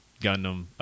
Gundam